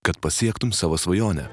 kad pasiektum savo svajonę